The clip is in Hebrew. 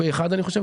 פה אחד אני חושב,